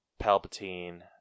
Palpatine